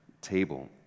table